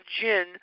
gin